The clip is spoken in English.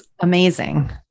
amazing